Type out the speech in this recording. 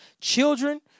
children